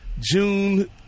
June –